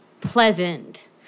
pleasant